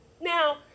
Now